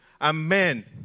Amen